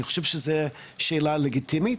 אני חושב שזו שאלה לגיטימית.